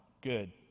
Good